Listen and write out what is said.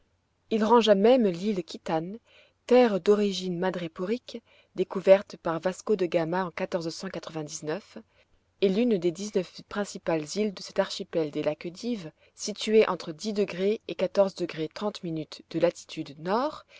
il rangea même l'île kittan terre d'origine madréporique découverte par vasco de gama en et l'une des dix-neuf principales îles de cet archipel des laquedives situé entre et de latitude nord